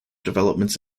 developments